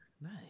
Nice